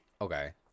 Okay